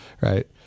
Right